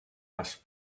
less